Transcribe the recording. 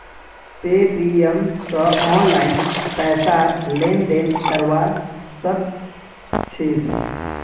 Paytm स online पैसार लेन देन करवा सक छिस